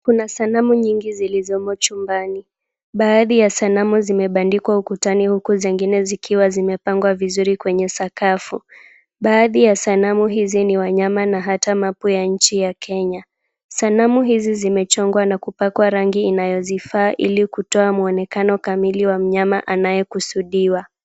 Kuna sanamu nyingi zilizomo chumbani. Baadhi ya sanamu zimebandikwa ukutani huku zingine zikiwa zimepangwa vizuri kwenye sakafu. Baadhi ya sanamu hizi ni wanyama na hata mapu ya nchi ya Kenya. Sanamu hizi zimechongwa na kupakwa rangi inayozifaa ili kutoa mwonekano kamili wa mnyama anayekusudiwa.